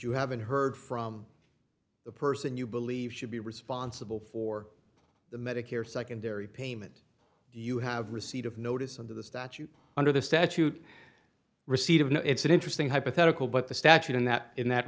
you haven't heard from the person you believe should be responsible for the medicare secondary payment you have receipt of notice under the statute under the statute receipt of no it's an interesting hypothetical but the statute in that in that